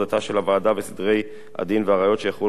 וסדרי הדין והראיות שיחולו בעת דיוניה,